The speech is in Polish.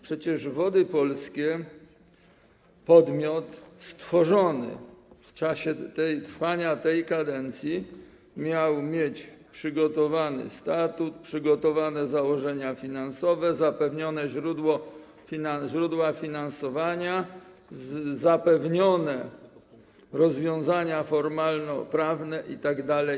Przecież Wody Polskie, podmiot stworzony w czasie trwania tej kadencji, miały mieć przygotowany statut, przygotowane założenia finansowe, zapewnione źródła finansowania, zapewnione rozwiązania formalnoprawne itd.